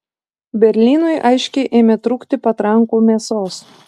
berlynui aiškiai ėmė trūkti patrankų mėsos